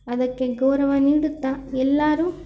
ಅದಕ್ಕೆ ಗೌರವ ನೀಡುತ್ತಾ ಎಲ್ಲರೂ